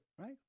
right